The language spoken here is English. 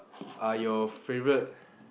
are your favourite